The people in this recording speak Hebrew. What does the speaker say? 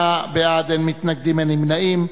38 בעד, אין מתנגדים, אין נמנעים.